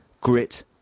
grit